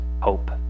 hope